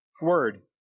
word